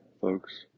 folks